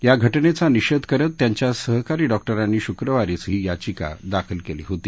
या घटनघ्या निषधकरत त्यांच्या सहकारी डॉक्टरांनी शुक्रवारीच ही याचिका दाखल क्ली होती